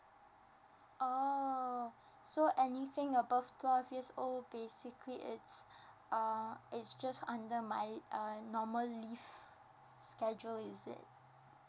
oh so anything above twelve years old basically is err it's just under my uh normally leave schedule is it